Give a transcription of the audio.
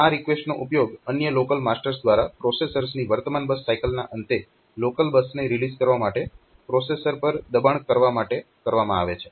તો આ રિકવેસ્ટનો ઉપયોગ અન્ય લોકલ માસ્ટર્સ દ્વારા પ્રોસેસર્સની વર્તમાન બસ સાયકલના અંતે લોકલ બસને રિલીઝ કરવા માટે પ્રોસેસર પર દબાણ કરવા માટે કરવામાં આવે છે